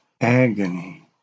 agony